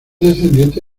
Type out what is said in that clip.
descendiente